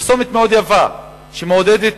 פרסומת מאוד יפה שמעודדת